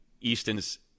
Easton's